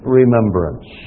remembrance